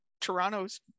Toronto's